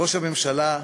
ראש הממשלה,